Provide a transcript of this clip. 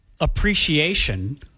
appreciation